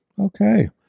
Okay